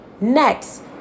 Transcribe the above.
next